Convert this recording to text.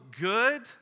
good